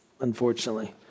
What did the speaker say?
unfortunately